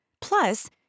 Plus